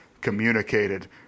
communicated